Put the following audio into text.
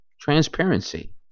Transparency